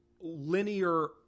linear